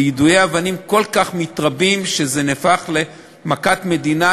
ויידויי אבנים כל כך מתרבים שזה נהפך למכת מדינה,